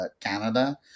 Canada